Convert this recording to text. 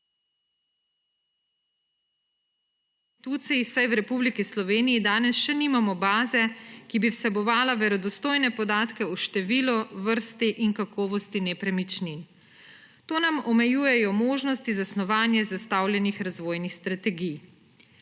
institucij, vsaj v Republiki Sloveniji danes še nimamo baze, ki bi vsebovala verodostojne podatke o številu, vrsti in kakovosti nepremičnin. To nam omejuje možnosti za snovanje zastavljenih razvojnih strategij.